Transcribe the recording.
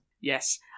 Yes